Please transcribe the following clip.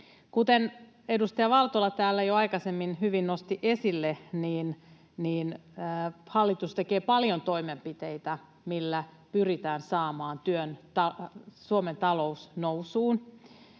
Kuten edustaja Valtola täällä jo aikaisemmin hyvin nosti esille, niin hallitus tekee paljon toimenpiteitä, millä pyritään saamaan Suomen talous nousuun.